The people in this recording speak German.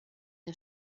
der